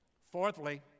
Fourthly